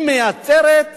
מייצרות